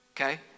okay